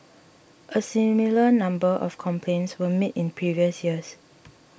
a similar number of complaints were made in previous years